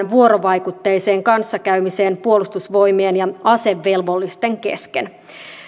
vuorovaikutteiseen kanssakäymiseen puolustusvoimien ja asevelvollisten kesken